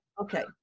Okay